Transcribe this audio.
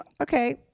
Okay